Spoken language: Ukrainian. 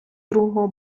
другого